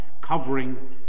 covering